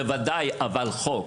בוודאי אבל חוק.